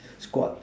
squat